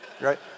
right